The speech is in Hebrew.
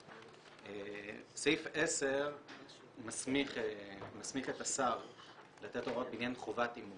על סעיף 10. סעיף 10 מסמיך את השר לתת הוראות בעניין חובת אימות.